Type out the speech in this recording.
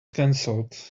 cancelled